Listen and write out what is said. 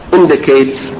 indicates